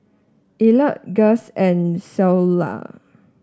Elliott Guss and Cleola